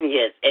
Yes